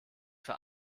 für